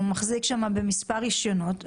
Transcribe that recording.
הוא מחזיק שם במספר רישיונות.